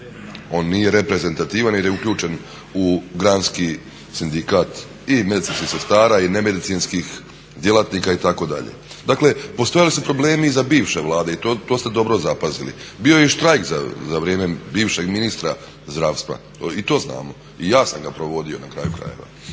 on nije reprezentativan jer je uključen u granski sindikat i medicinskih sestara i ne medicinskih djelatnika itd. Dakle, postojali su problemi i za bivše Vlade i to ste dobro zapazili. Bio je i štrajk za vrijeme bivšeg ministra zdravstva, i to znamo, i ja sam ga provodio na kraju krajeva.